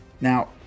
Now